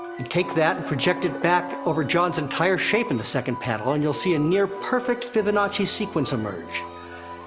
and take that and project it back over jon's entire shape in the second panel, and you'll see a near perfect fibonacci sequence emerge.